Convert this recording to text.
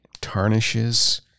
tarnishes